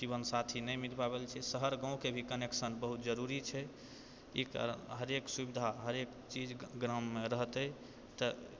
जीवन साथी नहि मिल पाबै छै शहर गाँवके भी कनेक्शन बहुत जरुरी छै ई कारण हरेक सुविधा हरेक चीज गाममे रहतै तऽ